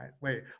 Wait